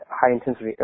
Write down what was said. high-intensity